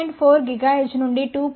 4 GHz నుండి 2